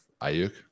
Ayuk